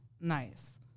nice